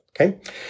Okay